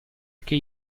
che